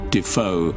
Defoe